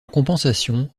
compensation